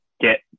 get